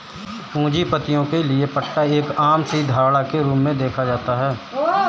पूंजीपतियों के लिये पट्टा एक आम सी धारणा के रूप में देखा जाता है